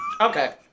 okay